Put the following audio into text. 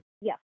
Yes